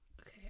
okay